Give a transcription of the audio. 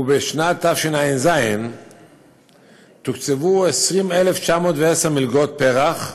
ובשנת תשע"ז תוקצבו 20,910 מלגות פר"ח.